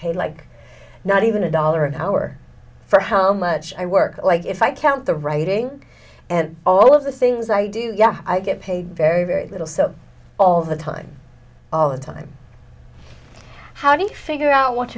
pay like not even a dollar an hour for how much i work like if i count the writing and all of the things i do yeah i get paid very very little so all the time all the time how do you figure out what